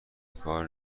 کار